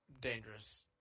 Dangerous